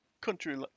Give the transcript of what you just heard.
country